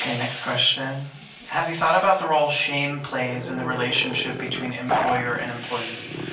and next question have you thought about the role shame plays in the relationship between employer and employee?